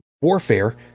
warfare